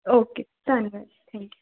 okay ਧੰਨਵਾਦ ਜੀ thank you